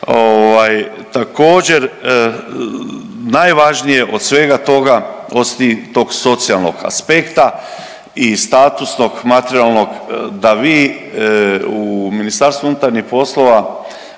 Također najvažnije od svega toga osim tog socijalnog aspekta i statusnog materijalnog da vi u MUP-u razvijete sustava